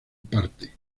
parte